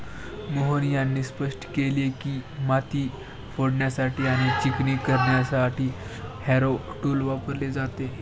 मोहन यांनी स्पष्ट केले की, माती फोडण्यासाठी आणि चिकणी करण्यासाठी हॅरो टूल वापरले जाते